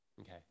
okay